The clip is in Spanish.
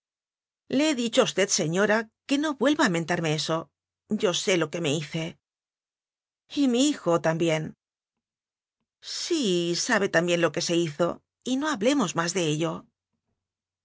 le he dicho a usted ya señora que no vuelva a mentarme eso yo sé lo que me hice y mi hijo también sí sabe también lo que se hizo y no hablemos más de ello